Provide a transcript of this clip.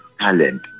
talent